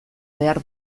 behar